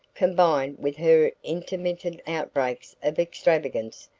combined with her intermittent outbreaks of extravagance,